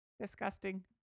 Disgusting